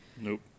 Nope